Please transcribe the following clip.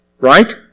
right